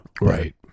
Right